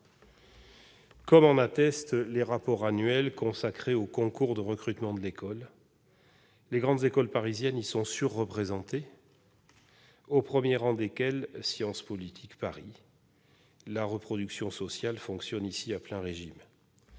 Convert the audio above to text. Comme en attestent les rapports annuels consacrés aux concours de recrutement de l'école, les grandes écoles parisiennes y sont surreprésentées, au premier rang desquelles Sciences Po Paris. La reproduction sociale fonctionne ici à plein régime